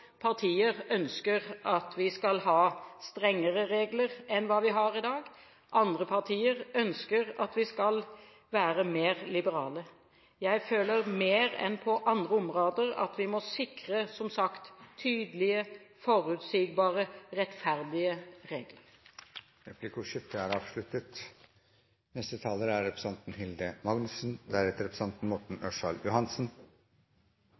partier som ønsker at vi skal ha strengere regler enn hva vi har i dag. Andre partier ønsker at vi skal være mer liberale. Jeg føler mer enn på andre områder at vi må sikre – som sagt – tydelige, forutsigbare og rettferdige regler på utlendingsområdet. Replikkordskiftet er avsluttet.